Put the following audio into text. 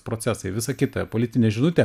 procesai visa kita politinė žinutė